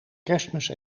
kerstmis